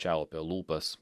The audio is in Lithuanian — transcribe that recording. čiaupia lūpas